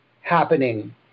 happening